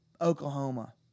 Oklahoma